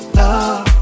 love